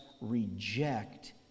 reject